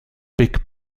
big